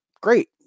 Great